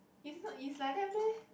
is not is like that meh